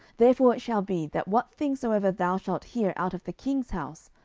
therefore it shall be, that what thing soever thou shalt hear out of the king's house,